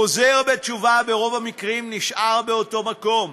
חוזר בתשובה ברוב המקרים נשאר באותו מקום,